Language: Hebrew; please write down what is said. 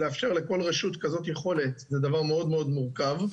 לאפשר לכל רשות כזאת יכולת הוא דבר מאוד מאוד מורכב,